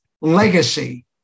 legacy